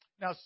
Now